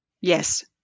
Yes